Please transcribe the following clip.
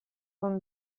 con